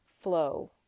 flow